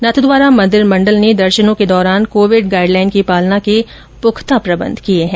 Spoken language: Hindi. नाथद्वारा मंदिर मंडल ने दर्शनों के दौरान कोविड गाइड लाइन की पालना के पृख्ता प्रबंध किए हैं